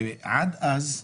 ועד אז,